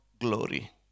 glory